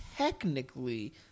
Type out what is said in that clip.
Technically